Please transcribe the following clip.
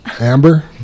Amber